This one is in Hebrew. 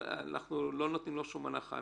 שאנחנו לא נותנים לו שום הנחה,